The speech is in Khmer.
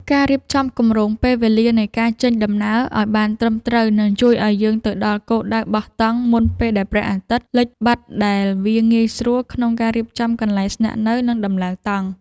ការរៀបចំគម្រោងពេលវេលានៃការចេញដំណើរឱ្យបានត្រឹមត្រូវនឹងជួយឱ្យយើងទៅដល់គោលដៅបោះតង់មុនពេលដែលព្រះអាទិត្យលិចបាត់ដែលវាងាយស្រួលក្នុងការរៀបចំកន្លែងស្នាក់នៅ និង ដំឡើងតង់។